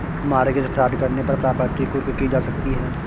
mortgage fraud करने पर property कुर्क की जा सकती है